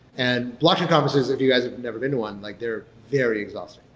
and blockchain conferences, if you guys have never been to one, like they're very exhausting,